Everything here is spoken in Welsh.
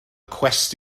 cwest